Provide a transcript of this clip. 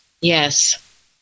Yes